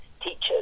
teachers